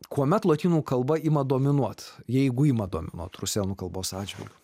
kuomet lotynų kalba ima dominuot jeigu ima dominuot rusėnų kalbos atžvilgiu